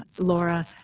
Laura